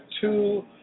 two